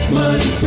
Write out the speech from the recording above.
money